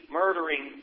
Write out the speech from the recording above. murdering